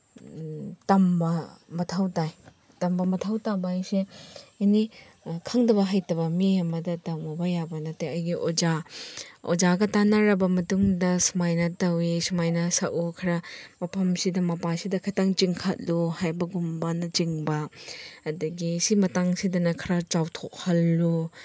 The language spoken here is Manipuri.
ꯇꯝꯕ ꯃꯊꯧ ꯇꯥꯏ ꯇꯝꯕ ꯃꯊꯧ ꯇꯥꯕ ꯍꯥꯏꯁꯦ ꯑꯦꯅꯤ ꯈꯪꯗꯕ ꯍꯩꯇꯕ ꯃꯤ ꯑꯃꯗ ꯇꯝꯃꯨꯕ ꯌꯥꯕ ꯅꯠꯇꯦ ꯑꯩꯒꯤ ꯑꯣꯖꯥ ꯑꯣꯖꯥꯒ ꯇꯥꯟꯅꯔꯕ ꯃꯇꯨꯡꯗ ꯁꯨꯃꯥꯏꯅ ꯇꯧꯋꯤ ꯁꯨꯃꯥꯏꯅ ꯁꯛꯎ ꯈꯔ ꯃꯐꯝꯁꯤꯗ ꯃꯄꯥꯁꯤꯗ ꯈꯇꯪ ꯆꯤꯡꯈꯠꯂꯨ ꯍꯥꯏꯕꯒꯨꯝꯕꯅꯆꯤꯡꯕ ꯑꯗꯒꯤ ꯁꯤ ꯃꯇꯥꯡꯁꯤꯗ ꯈꯔ ꯆꯥꯎꯊꯣꯛꯍꯜꯂꯨ